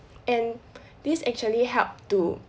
and this actually helped to